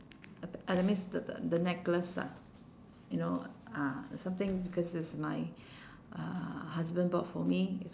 a that means the the necklace ah you know ah something because it's my uh husband bought for me it's